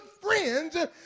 friends